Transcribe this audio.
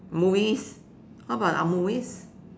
movies how about uh movies